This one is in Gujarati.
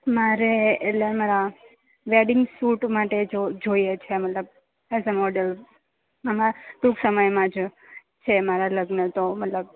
મારે એટલે મારા વેડિંગ શૂટ માટે જોઈએ છે મતલબ એઝ અ મોડલ હમણાં ટૂંક સમય જ છે મારાં લગ્ન તો મતલબ